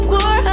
War